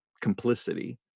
complicity